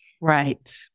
Right